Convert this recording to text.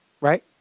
right